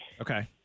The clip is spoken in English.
Okay